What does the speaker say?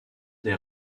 des